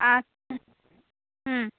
আচ্ছা হুম